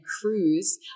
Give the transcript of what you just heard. Cruise